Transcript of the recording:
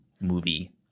movie